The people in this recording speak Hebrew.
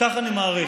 כך אני מעריך.